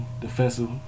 defensive